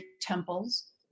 temples